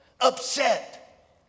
Upset